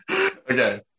Okay